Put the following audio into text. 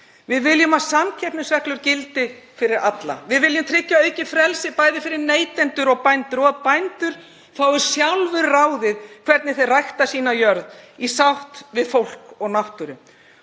Við viljum að samkeppnisreglur gildi fyrir alla. Við viljum tryggja aukið frelsi, bæði fyrir neytendur og bændur, og að bændur fái sjálfir ráðið hvernig þeir rækta sína jörð, í sátt við fólk og náttúru.